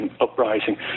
uprising